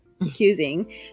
accusing